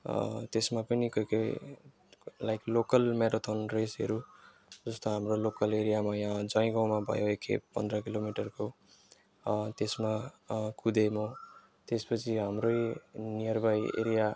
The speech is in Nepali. त्यसमा पनि कोही कोही लाइक लोकल म्याराथोन रेसहरू जस्तो हाम्रो लोकल एरियामा यहाँ जयगाउँमा भयो एकखेप पन्ध्र किलोमिटरको त्यसमा कुदेँ म त्यसपछि हाम्रै नियरबाई एरिया